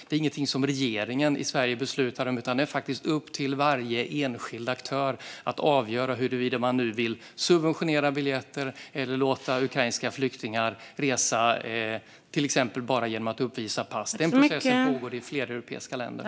Det är ingenting som regeringen i Sverige beslutar om, utan det är upp till varje enskild aktör att avgöra huruvida man vill subventionera biljetter eller låta ukrainska flyktingar resa genom att till exempel bara uppvisa pass. Det är en process som pågår i flera europeiska länder.